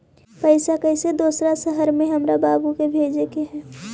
पैसा कैसै दोसर शहर हमरा बाबू भेजे के है?